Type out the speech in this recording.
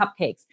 cupcakes